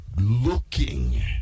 looking